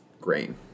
grain